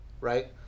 right